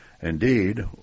Indeed